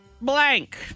blank